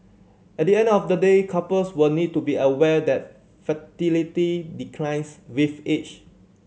at the end of the day couples will need to be aware that fertility declines with age